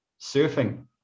surfing